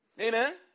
Amen